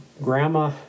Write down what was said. Grandma